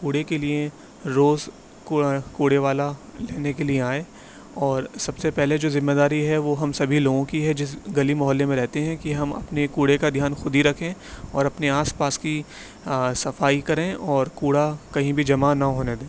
کوڑے کے لیے روز کوڑے والا لینے کے لیے آئے اور سب سے پہلے جو ذمہ داری ہے وہ ہم سبھی لوگوں کی ہے جس گلی محلے میں رہتے ہیں کہ ہم اپنے کوڑے کا دھیان خود ہی رکھیں اور اپنے آس پاس کی صفائی کریں اور کوڑا کہیں بھی جمع نہ ہونے دیں